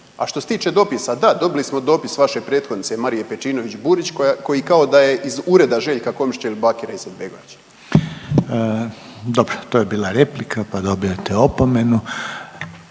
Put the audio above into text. A što se tiče dopisa, da dobili smo dopis vaše prethodnice Marije Pejčinović Burić koja, koji kao da je iz ureda Željka Komšića ili Bakira Izetbegovića. **Reiner, Željko (HDZ)** Dobro, to je bila replika, pa dobijate opomenu.